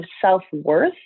self-worth